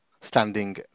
standing